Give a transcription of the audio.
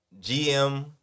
GM